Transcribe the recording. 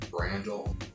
Randall